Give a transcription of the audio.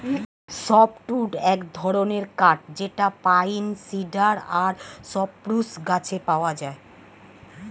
soft wood এক ধরনের কাঠ যেটা পাইন, সিডার আর সপ্রুস গাছে পাওয়া যায়